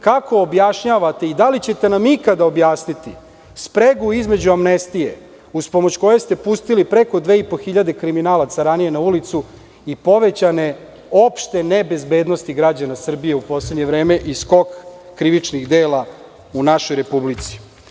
Kako objašnjavate i da li ćete nam ikada objasniti spregu između amnestije uz pomoć koje ste pustili preko 2.500 kriminalaca ranije na ulicu i povećane opšte nebezbednosti građana Srbije u poslednje vreme i skok krivičnih dela u našoj republici?